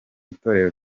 itorero